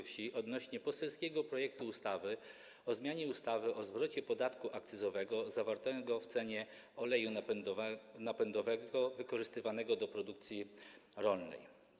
Wsi odnośnie do poselskiego projektu ustawy o zmianie ustawy o zwrocie podatku akcyzowego zawartego w cenie oleju napędowego wykorzystywanego do produkcji rolnej.